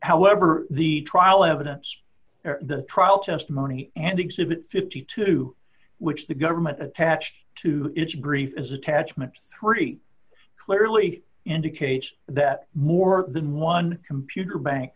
however the trial evidence the trial testimony and exhibit fifty two which the government attached to its brief as attachment three clearly indicates that more than one computer bank